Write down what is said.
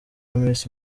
miss